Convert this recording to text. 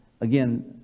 again